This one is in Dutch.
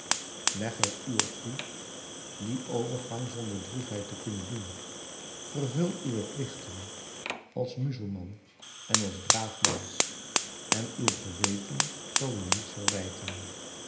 er u op toe dien overgang zonder droefheid te kunnen doen vervul uwe pligten als muzelman en als braaf mensch en uw geweten zal u niets verwijten